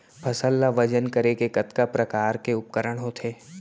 फसल ला वजन करे के कतका प्रकार के उपकरण होथे?